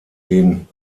den